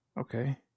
Okay